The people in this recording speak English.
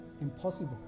impossible